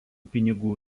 pinigų